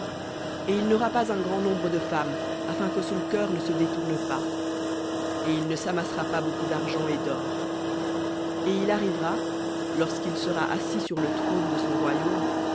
et il n'aura pas un grand nombre de femmes afin que son cœur ne se détourne pas et il ne s'amassera pas beaucoup d'argent et dor et il arrivera lorsqu'il sera assis sur le trône de son royaume